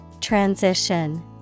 Transition